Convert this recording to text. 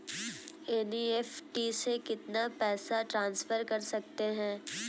NEFT से कितना पैसा ट्रांसफर कर सकते हैं?